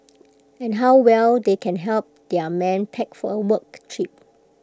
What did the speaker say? and how well they can help their men pack for A work trip